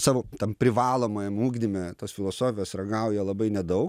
savo tam privalomajam ugdyme tos filosofijos ragauja labai nedaug